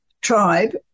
tribe